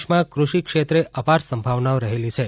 દેશમાં કૃષિ ક્ષેત્રે અપાર સંભાવનાઓ રહેલી છે